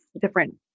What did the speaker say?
different